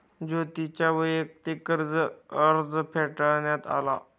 ज्योतीचा वैयक्तिक कर्ज अर्ज फेटाळण्यात आला